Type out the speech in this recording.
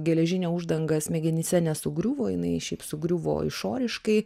geležinė uždanga smegenyse nesugriuvo jinai šiaip sugriuvo išoriškai